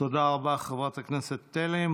תודה רבה, חברת הכנסת תלם.